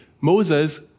Moses